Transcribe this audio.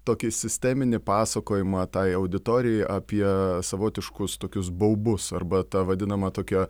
tokį sisteminį pasakojimą tai auditorijai apie savotiškus tokius baubus arba ta vadinama tokia